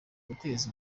guteza